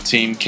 Team